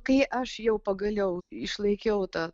kai aš jau pagaliau išlaikiau tą